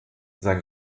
sein